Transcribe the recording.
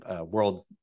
world